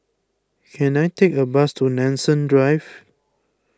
can I take a bus to Nanson Drive